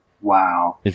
Wow